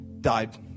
died